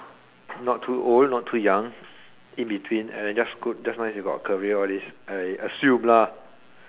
not too old not too young in between and then just nice you got career all this assume lah